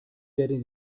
werden